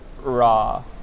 raw